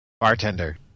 Bartender